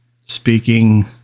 speaking